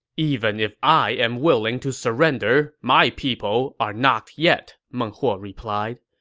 even if i am willing to surrender, my people are not yet, meng huo replied.